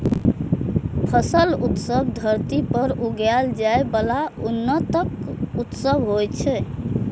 फसल उत्सव धरती पर उगाएल जाइ बला अन्नक उत्सव होइ छै